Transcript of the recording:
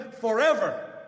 forever